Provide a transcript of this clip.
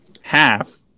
half